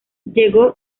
llegó